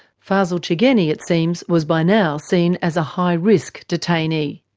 fazel chegeni, it seems, was by now seen as a high risk detainee.